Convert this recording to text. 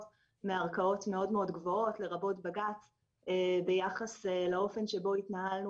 מערכאות מאוד-מאוד גבוהות לרבות בג"ץ ביחס לאופן שבו התנהלנו